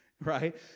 right